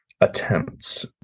attempts